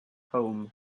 home